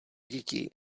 děti